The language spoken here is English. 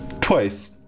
Twice